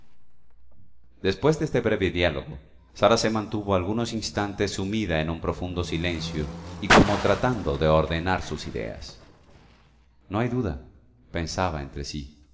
después de este breve diálogo sara se mantuvo algunos instantes sumida en un profundo silencio y como tratando de ordenar sus ideas no hay duda pensaba entre sí